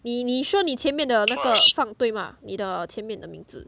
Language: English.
你你 sure 你前面的那个放对吗你的前面的名字